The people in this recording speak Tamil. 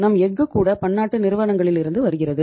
நம் எஃகு கூட பன்னாட்டு நிறுவனங்களிலிருந்து வருகிறது